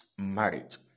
Marriage